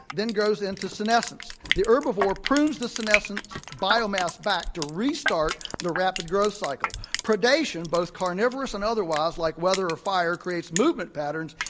then goes into senescence. the herbivore prunes the senescence biomass back to restart the rapid growth cycle. predation both carnivorous and otherwise, like weather or fire creates movement patterns,